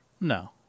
No